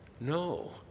No